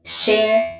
share